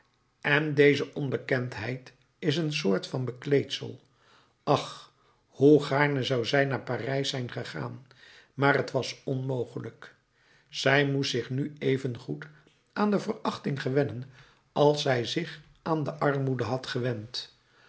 en deze onbekendheid is een soort van bekleedsel ach hoe gaarne zou zij naar parijs zijn gegaan maar t was onmogelijk zij moest zich nu even goed aan de verachting gewennen als zij zich aan de armoede had gewend